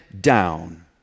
down